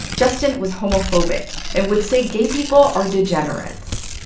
justin was homophobic and would say gay people are degenerates.